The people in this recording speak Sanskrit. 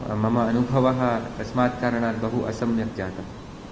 मम अनुभवः तस्मात् कारणात् बहु असम्यक् जातः